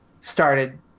started